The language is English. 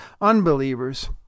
unbelievers